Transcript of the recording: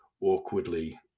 awkwardly